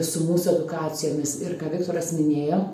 su mūsų edukacijomis ir ką viktoras minėjo